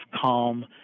calm